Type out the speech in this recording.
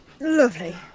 Lovely